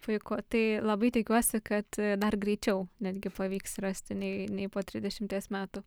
puiku tai labai tikiuosi kad dar greičiau netgi pavyks rasti nei nei po trisdešimties metų